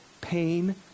pain